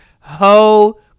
Ho